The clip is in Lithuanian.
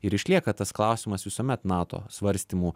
ir išlieka tas klausimas visuomet nato svarstymų